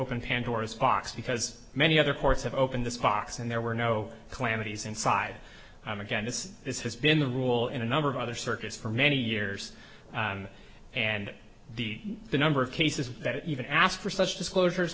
open pandora's box because many other courts have opened this box and there were no calamities inside again it's this has been the rule in a number of other circuits for many years and the number of cases that even ask for such disclosure